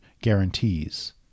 guarantees